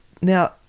Now